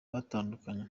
batandukanye